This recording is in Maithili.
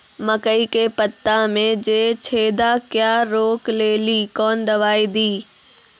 मकई के पता मे जे छेदा क्या रोक ले ली कौन दवाई दी?